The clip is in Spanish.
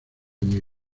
muy